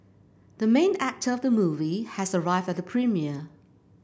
the main actor of the movie has arrived at the premiere